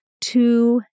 two